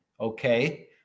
Okay